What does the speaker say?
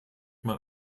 man